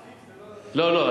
Cif זה לא, לא, לא.